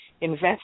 invest